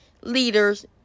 leaders